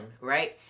right